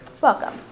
welcome